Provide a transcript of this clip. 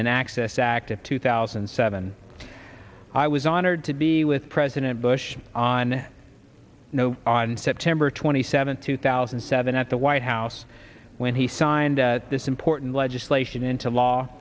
and access act of two thousand and seven i was honored to be with president bush on no on september twenty seventh two thousand and seven at the white house when he signed this important legislation into law